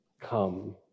come